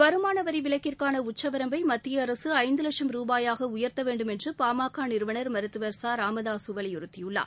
வருமான வரி விலக்கிற்கான உச்சவரம்மை மத்திய அரசு ஐந்து வட்சம் ரூபாயாக உயர்த்த வேண்டும் என்று பாமக நிறுவனர் மருத்துவர் ச ராமதாஸ் வலியுறுத்தியுள்ளார்